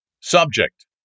Subject